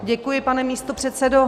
Děkuji, pane místopředsedo.